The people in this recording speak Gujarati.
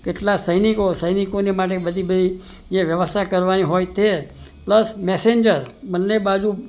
કેટલા સૈનિકો સૈનિકો માટે બધી બધી જે વ્યવસ્થા કરવાની હોય તે પ્લસ મેસેન્જર બન્ને બાજુ